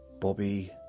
Bobby